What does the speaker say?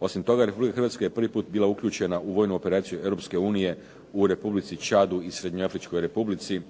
Osim toga, Republika Hrvatska je prvi put bila uključena u vojnu operaciju Europske unije u Republici Čadu i Srednjoafričkoj Republici.